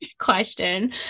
question